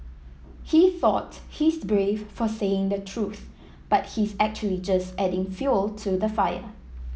he thought he's brave for saying the truth but he's actually just adding fuel to the fire